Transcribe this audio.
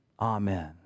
Amen